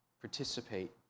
participate